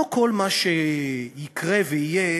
לא כל מה שיקרה יהיה